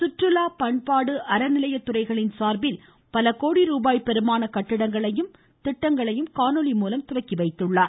சுற்றுலா பண்பாடு அறநிலைய துறைகளின் சார்பில் பல கோடிருபாய் பெருமான கட்டிடங்களையும் திட்டங்களையும் காணொலி மூலம் துவக்கி வைத்துள்ளார்